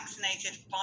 vaccinated